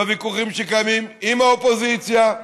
בוויכוחים שקיימים עם האופוזיציה,